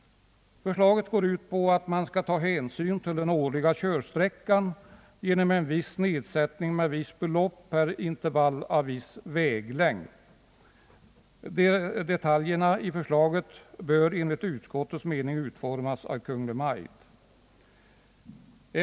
Förslaget går ut på att man skall ta hänsyn till den årliga körsträckan genom nedsättning med visst belopp per intervall av viss väglängd. Detaljerna i förslaget bör enligt utskottets mening utformas av Kungl. Maj:t.